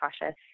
cautious